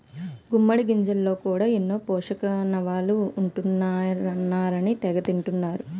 గుమ్మిడి గింజల్లో కూడా ఎన్నో పోసకయిలువలు ఉంటాయన్నారని తెగ కొంటన్నరు